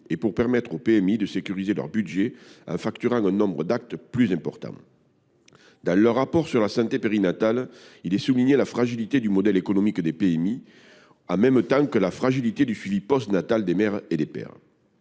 et de permettre à ces services de sécuriser leur budget en facturant un nombre d’actes plus important. Le rapport sur la santé périnatale souligne la fragilité du modèle économique des PMI, ainsi que la précarité du suivi postnatal des mères et des pères.